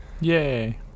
Yay